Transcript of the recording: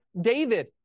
David